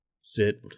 sit